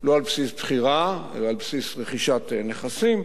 לא על-פי בחירה אלא על בסיס רכישת נכסים,